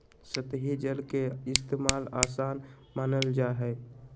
सतही जल के इस्तेमाल, आसान मानल जा हय